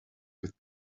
with